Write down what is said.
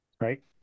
Right